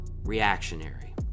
reactionary